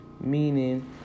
meaning